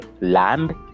land